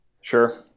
Sure